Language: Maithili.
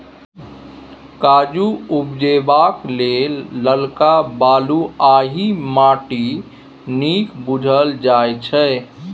काजु उपजेबाक लेल ललका बलुआही माटि नीक बुझल जाइ छै